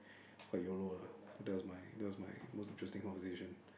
quite yolo lah that was my that was my most interesting conversation